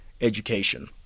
education